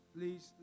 Please